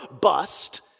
bust